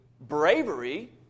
bravery